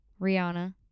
Rihanna